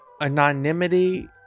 anonymity